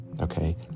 Okay